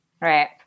Right